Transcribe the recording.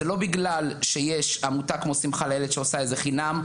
זה לא בגלל שיש עמותה כמו שמחה לילד שעושה איזה חינם,